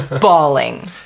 bawling